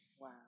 Wow